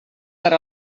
per